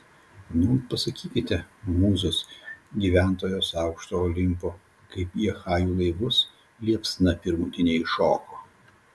nūn pasakykite mūzos gyventojos aukšto olimpo kaip į achajų laivus liepsna pirmutinė įšoko